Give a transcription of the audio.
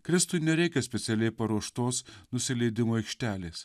kristui nereikia specialiai paruoštos nusileidimo aikštelės